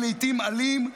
לעיתים אלים,